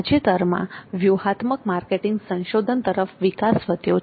તાજેતરમાં વ્યૂહાત્મક માર્કેટિંગ સંશોધન તરફ વિકાસ વધ્યો છે